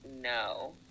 no